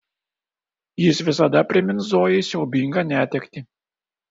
jis visada primins zojai siaubingą netektį